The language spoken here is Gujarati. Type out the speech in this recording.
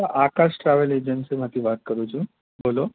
હા આકાશ ટ્રાવેલ એજન્સીમાંથી વાત કરું છું બોલો